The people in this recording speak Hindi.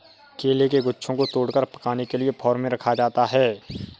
केले के गुच्छों को तोड़कर पकाने के लिए फार्म में रखा जाता है